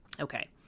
okay